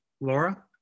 Laura